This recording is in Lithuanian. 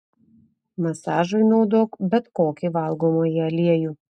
masažui naudok bet kokį valgomąjį aliejų